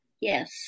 Yes